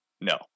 No